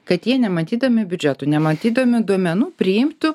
kad jie nematydami biudžetų nematydami duomenų priimtų